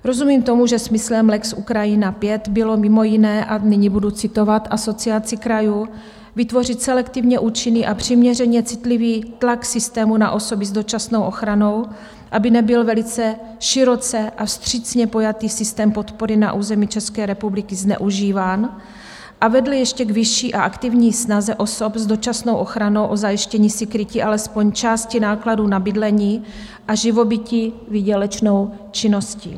Rozumím tomu, že smyslem lex Ukrajina V bylo mimo jiné a nyní budu citovat Asociaci krajů vytvořit selektivně účinný a přiměřeně citlivý tlak systému na osoby s dočasnou ochranou, aby nebyl velice široce a vstřícně pojatý systém podpory na území České republiky zneužíván a vedl ještě k vyšší a aktivní snaze osob s dočasnou ochranou o zajištění si krytí alespoň části nákladů na bydlení a živobytí výdělečnou činností.